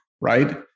Right